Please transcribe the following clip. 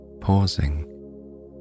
Pausing